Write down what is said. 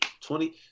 Twenty